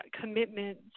commitment